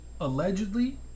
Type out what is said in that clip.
Allegedly